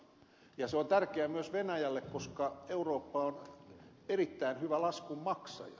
se on tärkeä myös venäjälle koska eurooppa on erittäin hyvä laskun maksaja